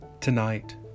Tonight